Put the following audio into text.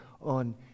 on